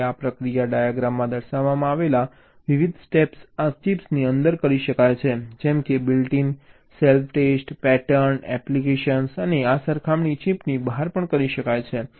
હવે આ પ્રક્રિયા ડાયાગ્રામમાં દર્શાવવામાં આવેલા વિવિધ સ્ટેપ્સ આ ચિપની અંદર કરી શકાય છે જેમ કે built in self test pattern application અને આ સરખામણી ચિપની બહાર કરી શકાય છે